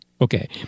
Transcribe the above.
Okay